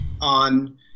on